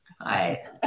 Hi